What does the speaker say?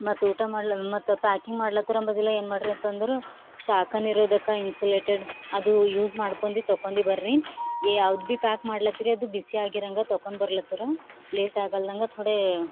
ಮತ್ತು ಊಟ ಮಾಡ್ಲ ಮತ್ತು ಪ್ಯಾಕಿಂಗ್ ಮಾಡ್ಲತರ ಅಂಬದಿಲ್ಲ ಏನು ಮಾಡಿರಿ ಅಂತಂದ್ರೆ ಶಾಖ ನಿರೋಧಕ ಇನ್ಸುಲೇಟೆಡ್ ಅದು ಯೂಸ್ ಮಾಡ್ಕೊಂಡಿ ತೊಕೊಂಡಿ ಬರ್ರಿ ಎ ಯಾವ್ದು ಭೀ ಪ್ಯಾಕ್ ಮಾಡ್ಲತ್ತಿರಿ ಅದು ಬಿಸಿ ಆಗಿ ಇರಂಗೆ ತಕೊಂಡ್ ಬರ್ಲತ್ತರ ಲೇಟ್ ಆಗಲ್ದಂಗ ಥೊಡೆ